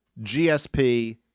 GSP